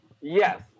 Yes